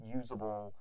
usable